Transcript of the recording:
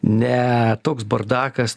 ne toks bardakas